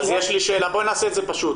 אז יש לי שאלה, בואו נעשה את זה פשוט.